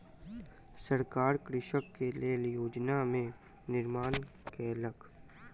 सरकार कृषक के लेल योजना के निर्माण केलक